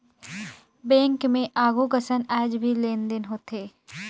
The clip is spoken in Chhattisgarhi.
बैंक मे आघु कसन आयज भी लेन देन होथे